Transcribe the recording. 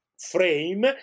frame